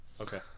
Okay